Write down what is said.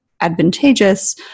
advantageous